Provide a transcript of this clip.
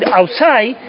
outside